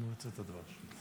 מועצת הדבש.